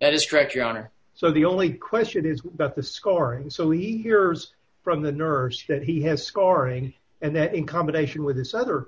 at a stretch your honor so the only question is about the scoring so we hears from the nurse that he has scarring and that in combination with his other